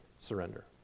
surrender